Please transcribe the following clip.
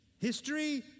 History